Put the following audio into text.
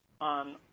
on